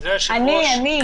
אני, אני.